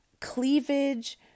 cleavage